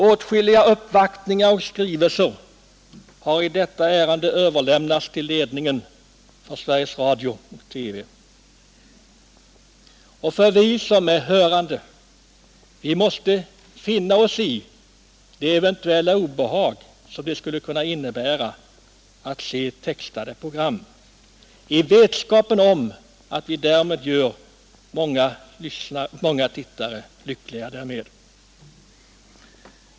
Åtskilliga uppvaktningar och skrivelser i detta ärende har överlämnats till ledningen för Sveriges Radio-TV. Vi som är hörande måste finna oss i det eventuella obehag som det skulle kunna innebära att se textade program, detta i vetskapen om att vi gör många tittare lyckliga därmed.